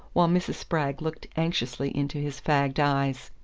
while mrs. spragg looked anxiously into his fagged eyes.